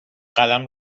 قلم